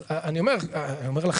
אני אומר לכם,